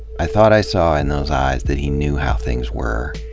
i thought i saw in those eyes that he knew how things were,